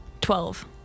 Twelve